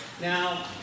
Now